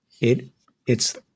it—it's